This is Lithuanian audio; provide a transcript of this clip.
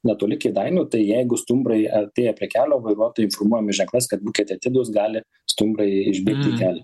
netoli kėdainių tai jeigu stumbrai artėja prie kelio vairuotojai informuojami ženklais kad būkite atidūs gali stumbrai išbėgt į kelią